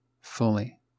fully